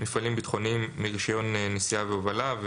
מפעלים ביטחוניים מרישיון נסיעה והובלה,